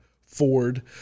Ford